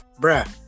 bruh